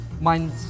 mind